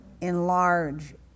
Enlarge